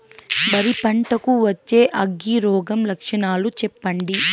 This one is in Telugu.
వరి పంట కు వచ్చే అగ్గి రోగం లక్షణాలు చెప్పండి?